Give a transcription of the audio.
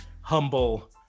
humble